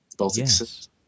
Yes